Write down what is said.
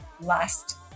last